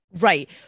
Right